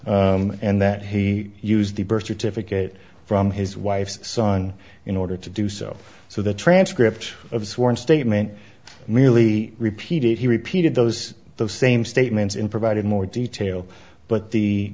reno and that he used the birth certificate from his wife's son in order to do so so the transcript of a sworn statement merely repeated he repeated those same statements in providing more detail but the